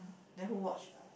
then who watch